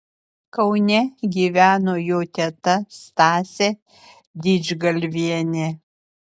kaune gyveno jo teta stasė didžgalvienė